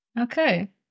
Okay